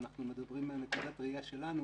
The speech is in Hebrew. ואנחנו מדברים על נקודת ראייה שלנו,